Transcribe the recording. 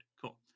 Cool